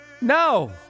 No